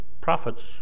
prophets